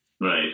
Right